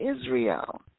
Israel